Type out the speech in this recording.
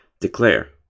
declare